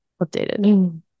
updated